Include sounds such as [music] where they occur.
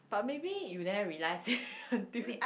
but maybe you never realize [laughs] until